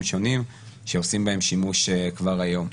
שונים שעושים בהם שימוש כבר היום.